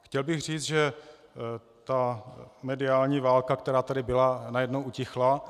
Chtěl bych říct, že mediální válka, která tady byla, najednou utichla.